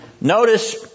Notice